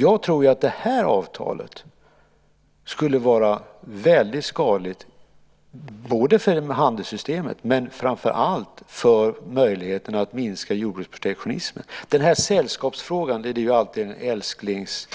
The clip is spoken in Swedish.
Jag tror att det här avtalet skulle vara väldigt skadligt för handelssystemet och framför allt för möjligheten att minska jordbruksprotektionismen. Det verkar vara en älsklingsfras